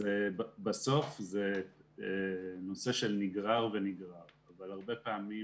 בסוף זה נושא שנגרר ונגרר אבל הרבה פעמים,